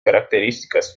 características